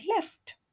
left